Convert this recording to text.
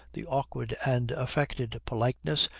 the awkward and affected politeness,